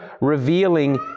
revealing